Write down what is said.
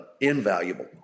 invaluable